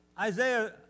Isaiah